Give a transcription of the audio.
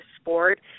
sport